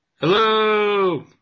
Hello